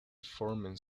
formed